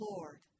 Lord